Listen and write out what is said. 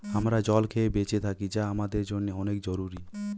আমরা জল খেয়ে বেঁচে থাকি যা আমাদের জন্যে অনেক জরুরি